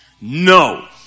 No